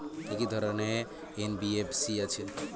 কি কি ধরনের এন.বি.এফ.সি আছে?